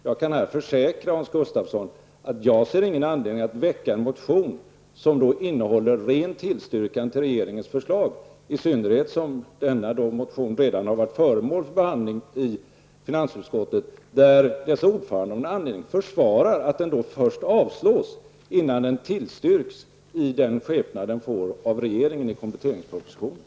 Jag kan försäkra Hans Gustafsson att jag inte ser någon anledning att väcka en motion som innehåller en ren tillstyrkan av regeringens förslag, i synnerhet som denna motion redan har varit föremål för behandling i finansutskottet, där dess ordförande av någon anledning försvarar att den först avstyrks innan den tillstyrks i den skepnad den får av regeringen i kompletteringspropositionen.